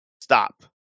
stop